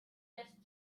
lässt